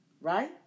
right